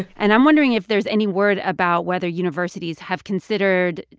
and i'm wondering if there's any word about whether universities have considered,